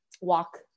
walk